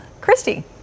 Christy